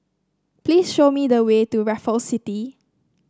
please show me the way to Raffles City